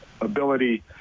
ability